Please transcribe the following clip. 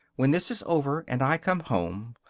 when this is over and i come home,